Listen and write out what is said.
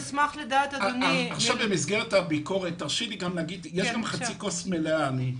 במסגרת הביקורת, יש גם חצי כוס מלאה.